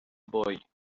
boy